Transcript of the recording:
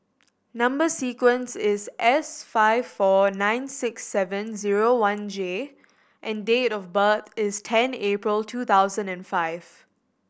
number sequence is S five four nine six seven zero one J and date of birth is ten April two thousand and five